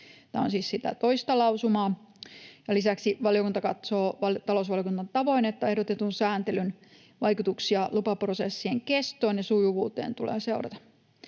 tämä on siis sitä toista lausumaa. Ja lisäksi valiokunta katsoo talousvaliokunnan tavoin, että ehdotetun sääntelyn vaikutuksia lupaprosessien kestoon ja sujuvuuteen tulee seurata.